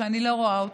שאני לא רואה אותו,